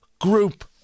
group